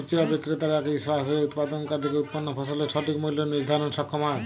খুচরা বিক্রেতারা কী সরাসরি উৎপাদনকারী থেকে উৎপন্ন ফসলের সঠিক মূল্য নির্ধারণে সক্ষম হয়?